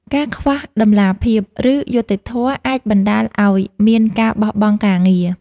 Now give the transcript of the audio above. ការខ្វះតម្លាភាព ឬយុត្តិធម៌អាចបណ្ដាលឲ្យមានការបោះបង់ការងារ។